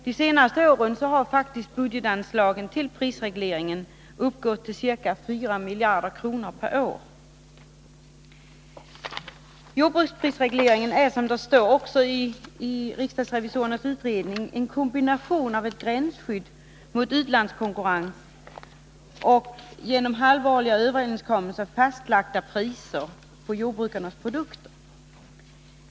De senaste åren har budgetanslagen till prisreglering på jordbruksprodukter uppgått till ca 4 miljarder kronor per år. Jordbruksprisregleringen är, såsom det också står i riksdagsrevisorernas utredning, en kombination av ett gränsskydd mot utlandskonkurrens och genom halvårliga överenskommelser fastlagda priser på jordbrukarnas produkter.